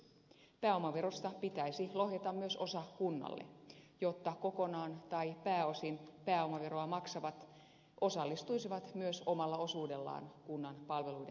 pääomaverosta pitäisi lohjeta osa myös kunnalle jotta kokonaan tai pääosin pääomaveroa maksavat osallistuisivat myös omalla osuudellaan kunnan palveluiden tuottamiseen